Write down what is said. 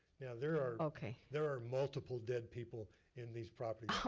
now there are okay. there are multiple dead people in these properties.